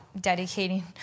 dedicating